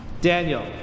Daniel